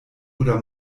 oder